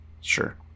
Sure